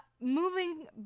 moving